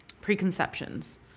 preconceptions